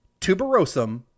tuberosum